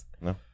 no